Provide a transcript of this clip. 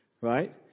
right